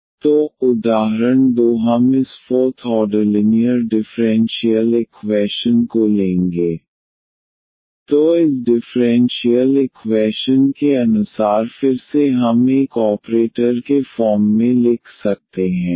yc1e2xc2e3x तो उदाहरण 2 हम इस fourth order linear differential equation को लेंगे d4ydx4 2d3ydx35d2ydx2 8dydx4y0 तो इस डिफ़्रेंशियल इक्वैशन के अनुसार फिर से हम एक ऑपरेटर के फॉर्म में लिख सकते हैं